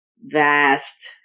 vast